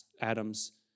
Adam's